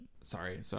Sorry